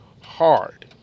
hard